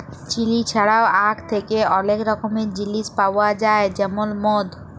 chilli ছাড়াও আখ থ্যাকে অলেক রকমের জিলিস পাউয়া যায় যেমল মদ